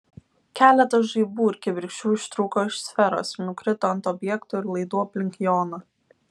keletas žaibų ir kibirkščių ištrūko iš sferos ir nukrito ant objektų ir laidų aplink joną